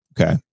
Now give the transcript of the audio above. Okay